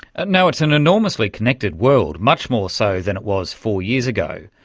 and now it's an enormously connected world, much more so than it was four years ago.